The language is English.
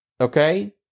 okay